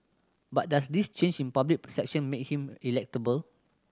but does this change in public perception make him electable